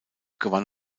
gewann